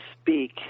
speak